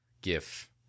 GIF